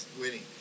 winning